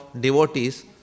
devotees